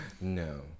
No